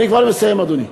אני כבר מסיים, אדוני.